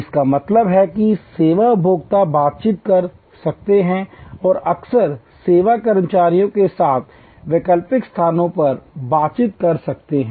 इसका मतलब है कि सेवा उपभोक्ता बातचीत कर सकते हैं और अक्सर सेवा कर्मचारियों के साथ वैकल्पिक स्थानों पर बातचीत कर सकते हैं